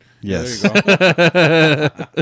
Yes